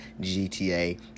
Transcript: GTA